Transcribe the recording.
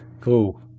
Cool